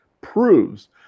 proves